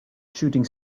shooting